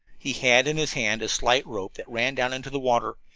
he had in his hand a slight rope that ran down into the water,